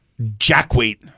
Jackweight